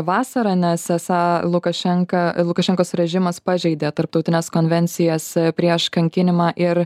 vasarą nes esą lukašenka lukašenkos režimas pažeidė tarptautines konvencijas prieš kankinimą ir